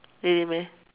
really meh